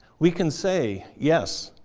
we can say, yes.